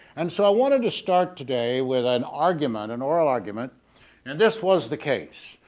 and so i wanted to start today with an argument an oral argument and this was the case.